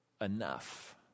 enough